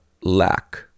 lack